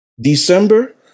December